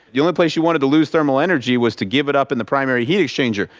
the only place you wanted to lose thermal energy was to give it up in the primary heat exchanger.